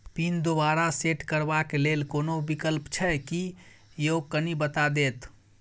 Pin दोबारा set करबा के लेल कोनो विकल्प छै की यो कनी बता देत?